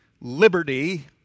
liberty